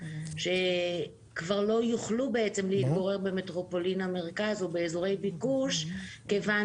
שלא יוכלו כבר להתגורר במטרופולין המרכז או באזורי הביקוש כיוון